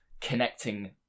connecting